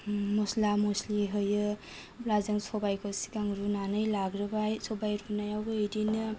मस्ला मस्लि होयो अब्ला जों सबायखौ सिगां रुनानै लाग्रोबाय सबाय रुनायावबो इदिनो